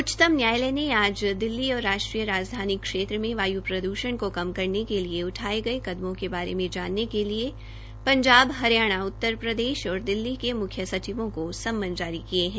उचचतम न्यायालय ने आज दिल्ली और राष्ट्रीय राजधानी खेत्र में वाय् प्रदूषण को कम करने के लिए उठाये गये कदमों के बारे में जानने के लिए पंजाब हरियाणा उत्तरप्रदेश और दिल्ली के मुख्यसचिवा को सम्मन किया है